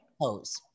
pose